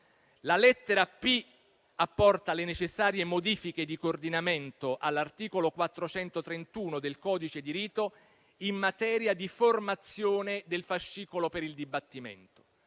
La lettera *p*) apporta le necessarie modifiche di coordinamento all'articolo 431 del codice di rito in materia di formazione del fascicolo per il dibattimento.